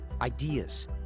ideas